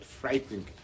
frightening